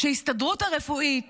שההסתדרות הרפואית